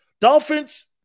Dolphins